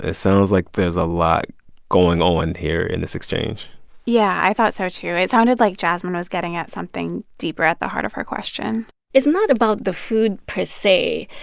sounds like there's a lot going on here in this exchange yeah, i thought so, too. it sounded like jasmine was getting at something deeper, at the heart of her question it's not about the food, per se,